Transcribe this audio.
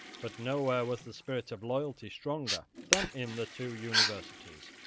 but nowhere was the spirit of loyalty stronger than in the two universities.